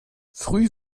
früh